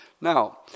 Now